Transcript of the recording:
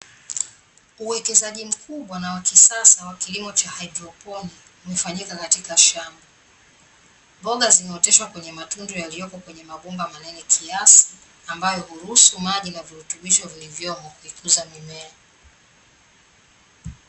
Uwekezaji mkubwa nawa kisasa wa kilimo cha haidroponi, umefanyika katika shamba. Mboga zimeoteshwa kwenye matundu yaliyopo kwenye mabomba manene kiasi, ambayo huruhusu maji na virutubisho vilivyomo kukuza mimea.